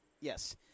Yes